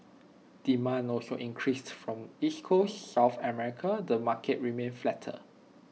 demand also increased from East Coast south America the market remained flatter